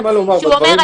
שהוא אומר,